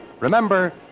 Remember